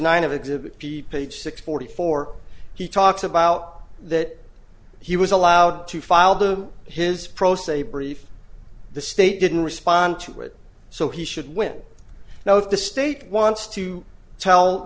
nine of exhibit b page six forty four he talks about that he was allowed to file the his pro se brief the state didn't respond to it so he should win now if the state wants to tell